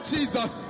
Jesus